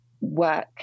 work